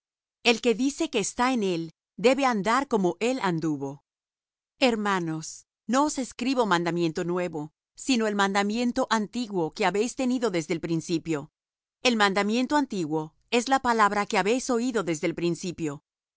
el que dice que está en él debe andar como él anduvo hermanos no os escribo mandamiento nuevo sino el mandamiento antiguo que habéis tenido desde el principio el mandamiento antiguo es la palabra que habéis oído desde el principio